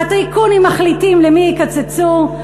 הטייקונים מחליטים למי יקצצו,